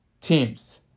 teams